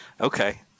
Okay